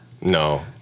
No